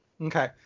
Okay